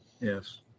Yes